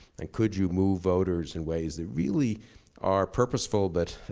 and could you move voters in ways that really are purposeful but